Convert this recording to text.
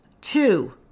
Two